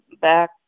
back